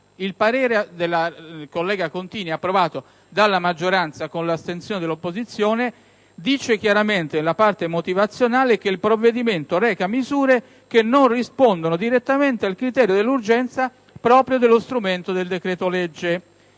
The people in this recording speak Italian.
dalla collega Contini, approvato dalla maggioranza con l'astensione dell'opposizione, afferma chiaramente, nella parte motivazionale, che il provvedimento reca misure che non rispondono direttamente al criterio dell'urgenza proprio dello strumento del decreto-legge;